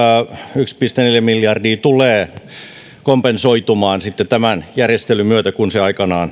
yksi pilkku neljä miljardia tulee kompensoitumaan sitten tämän järjestelyn myötä kun se aikanaan